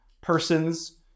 persons